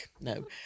No